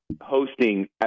hosting